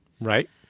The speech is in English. Right